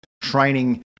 training